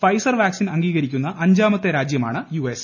Pfizer vaccine അംഗീകരിക്കുന്ന അഞ്ചാമുത്തു രാജ്യമാണ് യുഎസ്